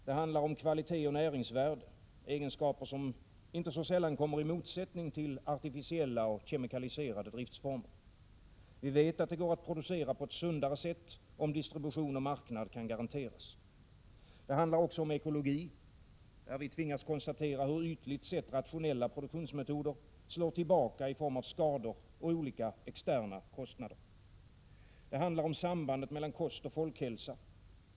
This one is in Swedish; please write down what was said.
Det handlar om kvalitet och näringsvärde — egenskaper som inte så sällan kommer i motsättning till artificiella och kemikaliserade driftsformer. Vi vet att det går att producera på ett sundare sätt, om distribution och marknad kan garanteras. Det handlar om ekologi, där vi tvingats konstatera hur ytligt sett rationella produktionsmetoder slår tillbaka i form av skador och olika externa kostnader. Det handlar om sambandet mellan kost och folkhälsa.